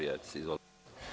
Izvolite.